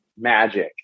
magic